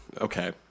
Okay